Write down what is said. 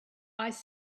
ice